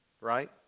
Right